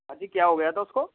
हाँ जी क्या हो गया था उसको